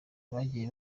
bagiye